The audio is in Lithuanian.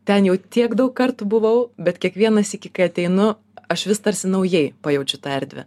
ten jau tiek daug kartų buvau bet kiekvieną sykį kai ateinu aš vis tarsi naujai pajaučiau tą erdvę